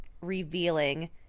revealing